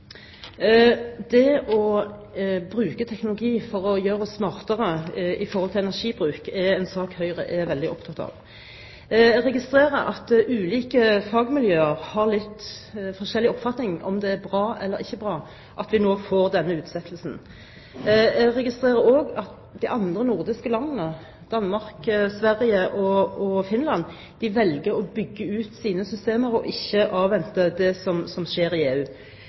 å gjøre oss smartere i forhold til energibruk er en sak Høyre er veldig opptatt av. Jeg registrerer at ulike fagmiljøer har litt forskjellig oppfatning av om det er bra eller ikke bra at vi nå får denne utsettelsen. Jeg registrerer også at andre nordiske land – Danmark, Sverige og Finland – velger å bygge ut sine systemer og ikke avventer det som skjer i EU.